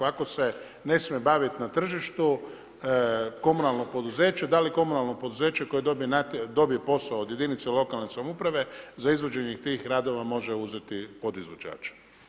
Ako se ne smije bavit na tržištu komunalno poduzeće, da li komunalno poduzeće koje dobije posao od jedinice lokalne samouprave za izvođenje tih radova može uzeti od izvođača.